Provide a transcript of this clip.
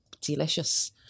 delicious